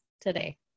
today